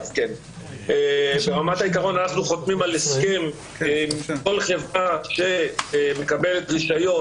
אנחנו חותמים על הסכם עם כל חברה שמקבלת רישיון